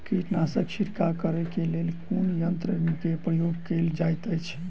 कीटनासक छिड़काव करे केँ लेल कुन यंत्र केँ प्रयोग कैल जाइत अछि?